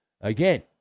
Again